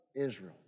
Israel